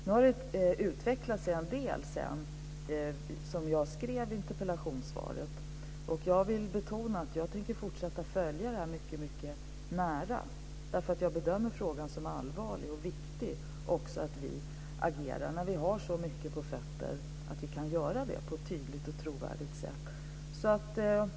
Nu har det utvecklats en del sedan jag skrev interpellationssvaret. Och jag vill betona att jag tänker fortsätta att följa det här mycket nära, eftersom jag bedömer frågan som allvarlig och viktig. Det är också viktigt att vi agerar när vi har så mycket på fötter att vi kan göra det på ett tydligt och trovärdigt sätt.